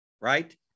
right